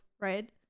right